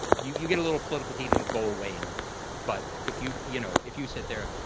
you you get a little political heat. it'll go away in a week. but if, you you know, if you sit there,